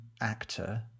actor